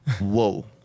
Whoa